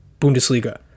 Bundesliga